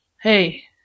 hey